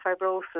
fibrosis